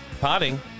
potting